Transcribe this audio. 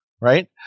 Right